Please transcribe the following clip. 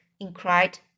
Inquired